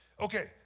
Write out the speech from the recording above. okay